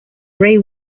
ray